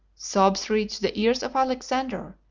sobs reached the ears of alexander,